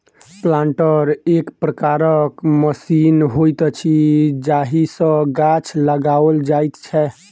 planter एक प्रकारक machine होइत अछि जाहि सॅ गाछ लगाओल जाइत छै